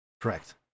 correct